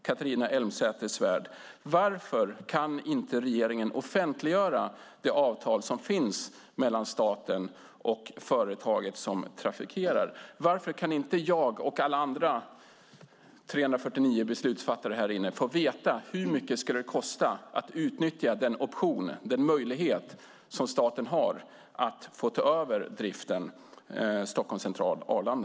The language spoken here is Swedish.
Jag frågar igen: Varför kan inte regeringen offentliggöra det avtal som finns mellan staten och företaget som trafikerar denna sträcka? Varför kan inte jag och riksdagens övriga 348 beslutsfattare få veta hur mycket det skulle kosta att utnyttja den option, den möjlighet, som staten har att få ta över driften på sträckan Stockholms central-Arlanda?